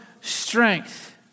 strength